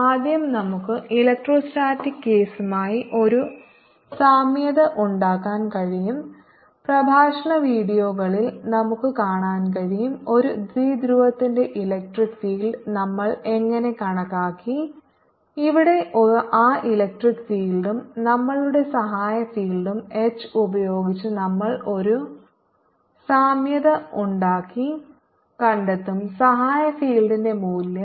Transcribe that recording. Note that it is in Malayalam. ആദ്യം നമുക്ക് ഇലക്ട്രോസ്റ്റാറ്റിക് കേസുമായി ഒരു സാമ്യത ഉണ്ടാക്കാൻ കഴിയും പ്രഭാഷണ വീഡിയോകളിൽ നമുക്ക് കാണാൻ കഴിയും ഒരു ദ്വിധ്രുവത്തിന്റെ ഇലക്ട്രിക് ഫീൽഡ് നമ്മൾ എങ്ങനെ കണക്കാക്കി ഇവിടെ ആ ഇലക്ട്രിക് ഫീൽഡും നമ്മളുടെ സഹായ ഫീൽഡും എച്ച് ഉപയോഗിച്ച് നമ്മൾ ഒരു സാമ്യത ഉണ്ടാക്കി കണ്ടെത്തും സഹായ ഫീൽഡിന്റെ മൂല്യം